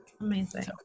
Amazing